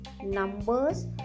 numbers